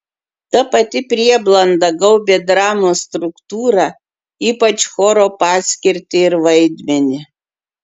ta pati prieblanda gaubė dramos struktūrą ypač choro paskirtį ir vaidmenį